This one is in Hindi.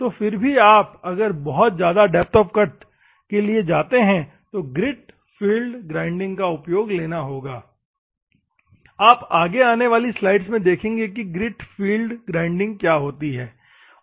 तो फिर भी आप अगर बहुत ज्यादा डेप्थ ऑफ़ कट इत्यादि के लिए जाते है तो ग्रिट फील्ड ग्राइंडिंग का उपयोग लेना होगा आप आगे आने वाली स्लाइड्स में देखेंगे की ग्रिट फील्ड ग्राइंडिंग क्या होती है